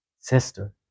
sister